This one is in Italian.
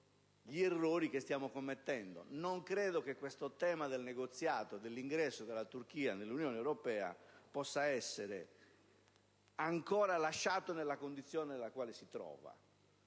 gli errori che stiamo probabilmente commettendo. Non credo che questo tema del negoziato, dell'ingresso della Turchia nell'Unione europea, possa essere ancora lasciato nella condizione nella quale si trova.